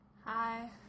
Hi